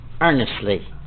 Earnestly